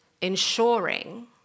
ensuring